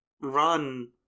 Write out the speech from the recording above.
run